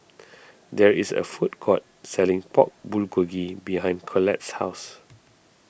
there is a food court selling Pork Bulgogi behind Collette's house